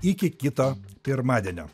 iki kito pirmadienio